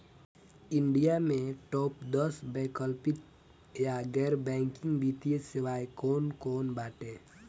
India में top दस वैकल्पिक या गैर बैंकिंग वित्तीय सेवाएं कौन कोन बाटे?